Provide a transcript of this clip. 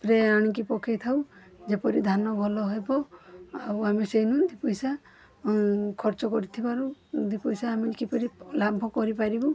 spray ଆଣିକି ପକାଇ ଥାଉ ଯେପରି ଧାନ ଭଲ ହେବ ଆଉ ଆମେ ସେମିତି ପଇସା ଖର୍ଚ୍ଚ କରିଥିବାରୁ ଦି ପଇସା ଆମେ କିପରି ଲାଭ କରିପାରିବୁ